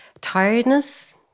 Tiredness